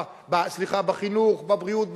בבריאות,